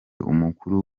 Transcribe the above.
umukuru